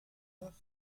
nach